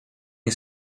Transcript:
nie